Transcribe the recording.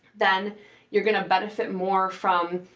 then you're gonna benefit more from,